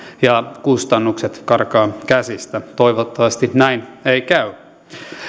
ja kustannukset karkaavat käsistä toivottavasti näin ei käy